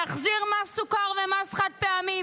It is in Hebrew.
להחזיר מס סוכר ומס חד-פעמי,